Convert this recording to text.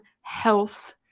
health